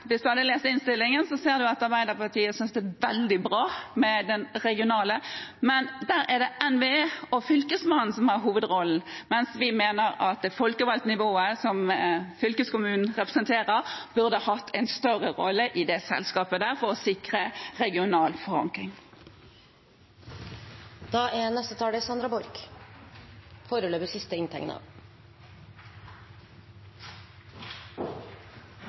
Hvis han leser innstillingen, ser han at Arbeiderpartiet synes det er veldig bra med det regionale. Men der er det NVE og Fylkesmannen som har hovedrollen, mens vi mener at det folkevalgte nivået som fylkeskommunen representerer, burde hatt en større rolle i det selskapet for å sikre regional forankring. Man får jo lyst til å fortsette debatten etter å ha hørt de siste